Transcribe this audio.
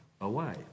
away